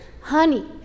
Honey